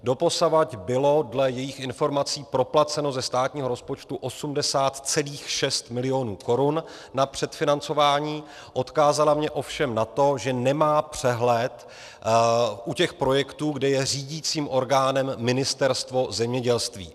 Doposavad bylo dle jejích informací proplaceno ze státního rozpočtu 80,6 mil. korun na předfinancování, odkázala mě ovšem na to, že nemá přehled u těch projektů, kde je řídicím orgánem Ministerstvo zemědělství.